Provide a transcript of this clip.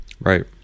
Right